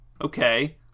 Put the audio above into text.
Okay